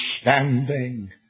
standing